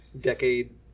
decade